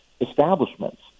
establishments